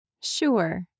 Sure